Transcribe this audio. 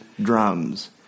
drums